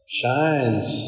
shines